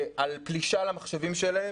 על פלישה למחשבים שלהם.